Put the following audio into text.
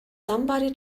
somebody